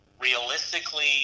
realistically